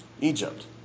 Egypt